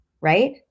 right